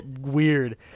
weird